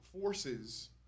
forces